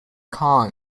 kong